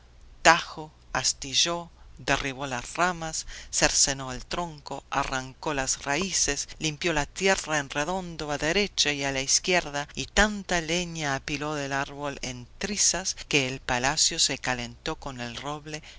tajo astilló derribó las ramas cercenó el tronco arrancó las raíces limpió la tierra en redondo a derecha y a izquierda y tanta leña apiló del árbol en trizas que el palacio se calentó con el roble